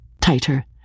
tighter